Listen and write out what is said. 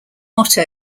motto